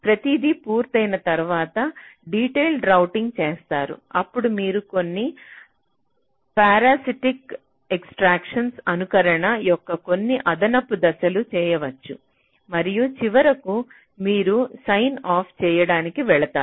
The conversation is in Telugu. ప్రతిదీ పూర్తయిన తర్వాత డీటెయిల్డ్ రౌటింగ్ చేస్తారు అప్పుడు మీరు కొన్ని పారాసిటిక్ ఎక్స్ట్రాక్షన్ అనుకరణ యొక్క కొన్ని అదనపు దశలు చేయవచ్చు మరియు చివరకు మీరు సైన్ ఆఫ్ చేయడానికి వెళతారు